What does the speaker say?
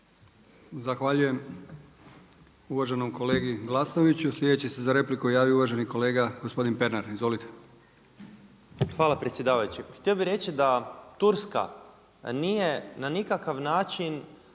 Zahvaljujem uvaženom kolegi Glasnoviću. Sljedeći se za repliku javio uvaženi kolega gospodin Pernar. Izvolite. **Pernar, Ivan (Abeceda)** Hvala predsjedavajući. Htio bi reći da Turska nije na nikakav način